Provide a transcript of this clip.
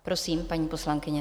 Prosím, paní poslankyně.